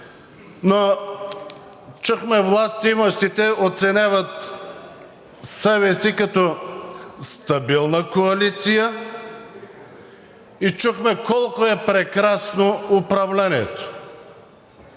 Чухме – властимащите оценяват себе си като стабилна коалиция и чухме колко е прекрасно управлението.